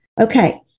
Okay